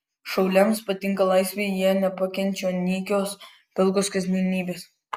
šauliams patinka laisvė jie nepakenčia nykios pilkos kasdienybės